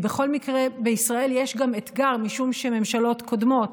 בכל מקרה בישראל יש גם אתגר, משום שממשלות קודמות,